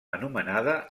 anomenada